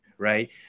Right